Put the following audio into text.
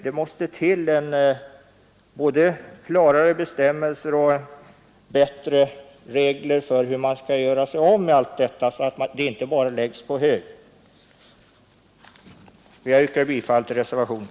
Det måste till både klarare bestämmelser och bättre regler för hur man skall göra sig av med allt avfall så att det inte bara läggs på hög. Jag yrkar bifall till reservationen.